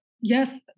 yes